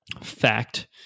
fact